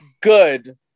good